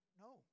No